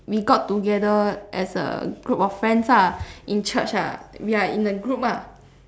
we got together as a group of friends lah in church lah we are in a group lah